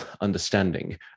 understanding